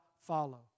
Follow